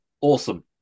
awesome